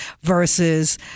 versus